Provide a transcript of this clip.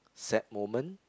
sad moment